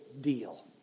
deal